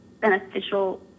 beneficial